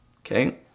Okay